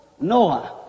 Noah